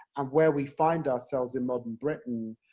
and where we find ourselves in modern britain,